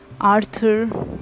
arthur